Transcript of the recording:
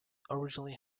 originally